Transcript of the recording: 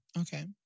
Okay